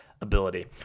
ability